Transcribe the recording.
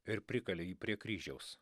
ir prikalė jį prie kryžiaus